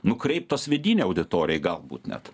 nukreiptos vidinei auditorijai galbūt net